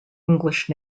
english